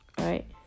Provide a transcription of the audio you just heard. right